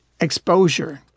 exposure